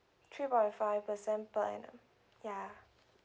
three point five percent per annum ya